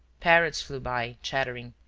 parrots flew by, chattering,